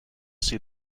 see